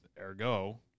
ergo